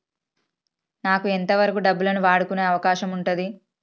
నాకు ఎంత వరకు డబ్బులను వాడుకునే అవకాశం ఉంటది?